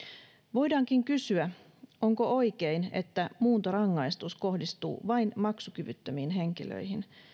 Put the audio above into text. voidaankin kysyä onko oikein että muuntorangaistus kohdistuu vain maksukyvyttömiin henkilöihin